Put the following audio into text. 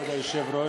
כבוד היושב-ראש,